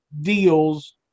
deals